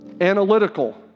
Analytical